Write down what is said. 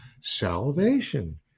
salvation